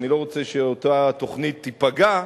ואני לא רוצה שאותה תוכנית תיפגע.